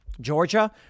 Georgia